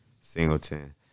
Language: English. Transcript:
Singleton